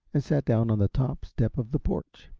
and sat down on the top step of the porch.